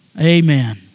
Amen